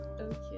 Okay